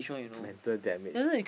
mental damage